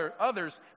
others